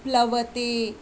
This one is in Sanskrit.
प्लवते